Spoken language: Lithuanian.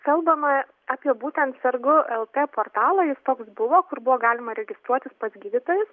kalbama apie būtent sergu lt portalą jis toks buvo kur buvo galima registruotis pas gydytojus